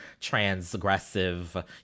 transgressive